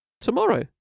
tomorrow